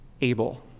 Abel